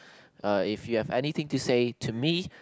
uh if you have anything to say to me